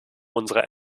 unserer